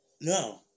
No